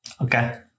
Okay